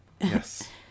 Yes